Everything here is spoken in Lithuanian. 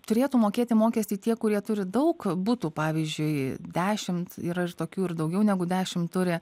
turėtų mokėti mokestį tie kurie turi daug butų pavyzdžiui dešimt yra tokių ir daugiau negu dešim turi